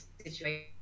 situation